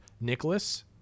Nicholas